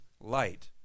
light